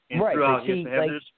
Right